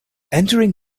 entering